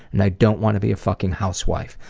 and i don't want to be a fucking housewife.